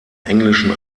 englischen